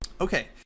Okay